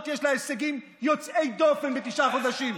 יש הישגים יוצאי דופן בתשעה חודשים.